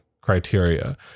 criteria